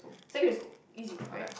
secondary school easy right